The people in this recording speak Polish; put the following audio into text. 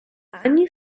ani